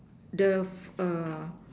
the